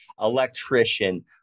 electrician